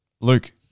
Luke